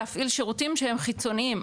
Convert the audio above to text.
להפעיל שירותים שהם חיצוניים,